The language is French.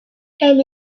elle